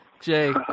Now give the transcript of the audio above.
Jay